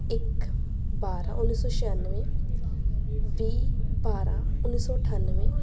ਇੱਕ ਬਾਰਾਂ ਉੱਨੀ ਸੌ ਛਿਆਨਵੇਂ ਵੀਹ ਬਾਰਾਂ ਉੱਨੀ ਸੌ ਅਠਾਨਵੇਂ